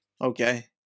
Okay